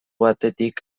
batetik